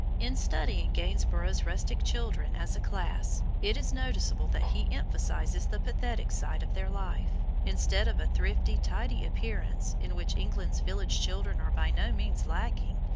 in studying gainsborough's rustic children as a class, it is noticeable that he emphasizes the pathetic side of their life instead of a thrifty, tidy appearance, in which england's village children are by no means lacking,